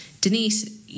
Denise